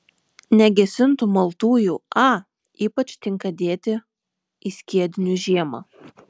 negesintų maltųjų a ypač tinka dėti į skiedinius žiemą